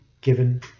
given